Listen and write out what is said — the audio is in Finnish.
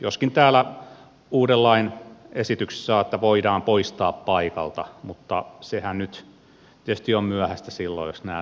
joskin täällä uuden lain esityksessä on että voidaan poistaa paikalta mutta sehän nyt on tietysti myöhäistä silloin jos tämä tieto on levinnyt heille